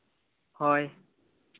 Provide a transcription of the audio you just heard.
ᱦᱳᱭ